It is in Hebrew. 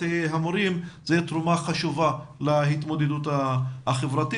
המורים יהווה תרומה חשובה להתמודדות החברתית,